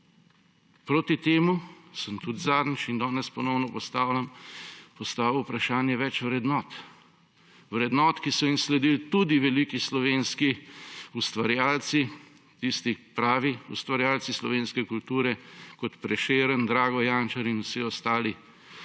Proti temu sem tudi zadnjič – in danes ponovno postavljam – postavil vprašanje več vrednot. Vrednot, ki so jim sledili tudi veliki slovenski ustvarjalci, tisti pravi ustvarjalci slovenske kulture kot Prešern, Drago Jančar in vsi ostali, ko